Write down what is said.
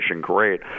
great